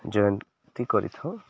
ଜୟନ୍ତୀ କରିଥାଉ